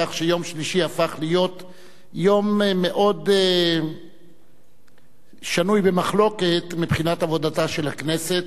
כך שיום שלישי הפך להיות יום מאוד שנוי במחלוקת מבחינת עבודתה של הכנסת,